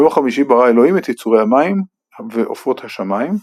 ביום החמישי ברא אלהים את יצורי המים ועופות השמים,